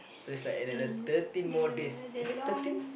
so is like another thirteen more days is it thirteen